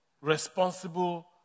responsible